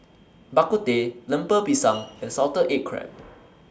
Bak Kut Teh Lemper Pisang and Salted Egg Crab